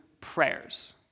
Prayers